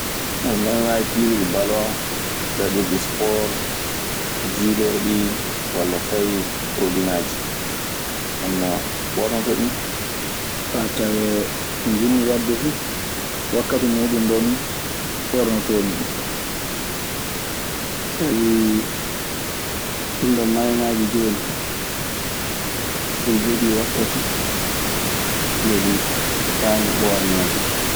Mayoŋaaji piiruɗi balon, ngaɗirɗi esport, jiilorɗi walla fay porodiŋaaji; ndenno ɓornotoɗi. Faa tawee ko njiɗmi waɗde fuu wakkati muuɗun ndee nii ɓoornotoomi ɗun. Sabi ɗinɗon mayoŋaaji jooni iɗi jogii wakkati nde ɗi kaani ɓoorneede.